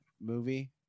movie